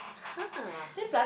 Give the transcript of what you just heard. !huh!